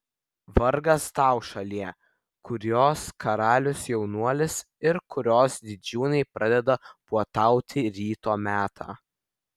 vargas tau šalie kurios karalius jaunuolis ir kurios didžiūnai pradeda puotauti ryto metą